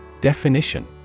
Definition